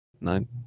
Nine